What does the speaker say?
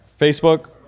Facebook